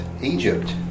Egypt